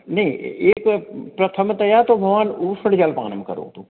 नै एतत् प्रथमतया तु भवान् उष्णलपानं करोतु